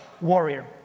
warrior